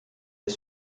est